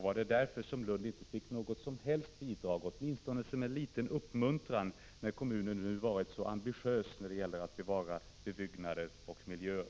Var det därför som Lund inte fick något som helst bidrag, inte ens en liten uppmuntran, trots att kommunen varit så ambitiös när det gällt att bevara byggnader och miljöer?